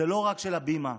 זה לא רק של הבימה.